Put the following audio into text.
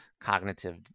cognitive